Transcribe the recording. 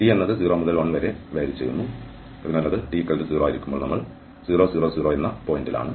t 0 മുതൽ 1 വരെ വ്യത്യാസപ്പെടുന്നു അതിനാൽ അത് t 0 ആയിരിക്കുമ്പോൾ നമ്മൾ 0 0 0 പോയിന്റിലാണ്